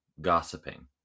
gossiping